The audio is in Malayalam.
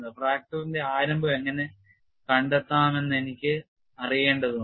ഫ്രാക്ചർ ഇന്റെ ആരംഭം എങ്ങനെ കണ്ടെത്താമെന്ന് എനിക്ക് അറിയേണ്ടതുണ്ട്